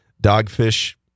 Dogfish